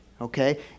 Okay